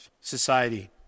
society